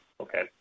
Okay